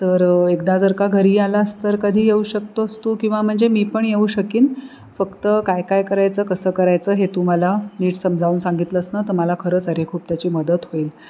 तर एकदा जर का घरी आलास तर कधी येऊ शकतोस तू किंवा म्हणजे मी पण येऊ शकेन फक्त काय काय करायचं कसं करायचं हे तू मला नीट समजावून सांगितलंस ना तर मला खरंच अरे खूप त्याची मदत होईल